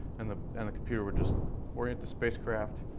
and the and computer would just orient the spacecraft,